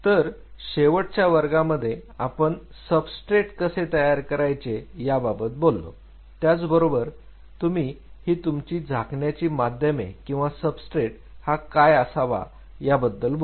तर शेवटच्या वर्गामध्ये आपण सबस्ट्रेट कसे तयार करायचे याबाबत बोललो त्याचबरोबर तुम्ही ही तुमची झाकण्याची माध्यमे किंवा सबस्ट्रेट हा कसा असावा याबाबत बोललो